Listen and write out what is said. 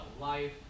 life